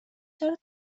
چرا